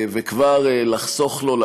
וכבר לחסוך לו,